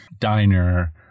diner